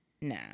nah